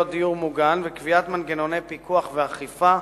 דיור מוגן וקביעת מנגנוני פיקוח ואכיפה,